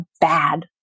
bad